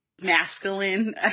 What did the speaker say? masculine